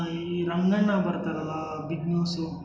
ಈ ರಂಗಣ್ಣ ಬರ್ತಾರಲ್ಲಾ big news